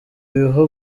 ibihugu